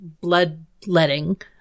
bloodletting